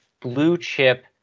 blue-chip